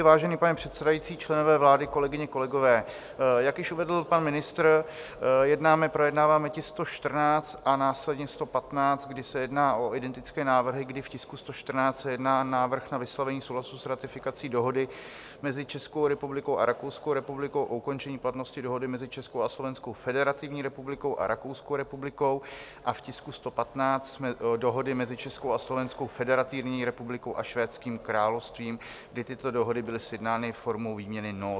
Vážený pane předsedající, členové vlády, kolegyně, kolegové, jak již uvedl pan ministr, projednáváme tisk 114 a následně 115, kdy se jedná o identické návrhy, kdy v tisku 114 se jedná o návrh na vyslovení souhlasu s ratifikací Dohody mezi Českou republikou a Rakouskou republikou o ukončení platnosti Dohody mezi Českou a Slovenskou Federativní republikou a Rakouskou republikou a v tisku 115 Dohody mezi Českou a Slovenskou Federativní republikou a Švédským královstvím, kdy tyto dohody byly sjednány formou výměny nót.